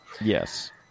Yes